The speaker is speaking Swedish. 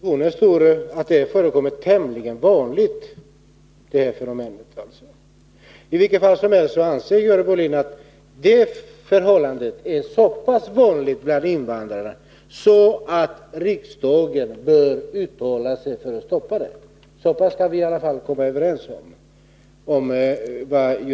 Herr talman! I motionen står att detta är tämligen vanligt förekommande. I vilket fall som helst anser Görel Bohlin att det här förhållandet är så pass vanligt bland invandrarna att riksdagen bör uttala sig för att stoppa det. Det kan vi i alla fall komma överens om.